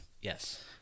Yes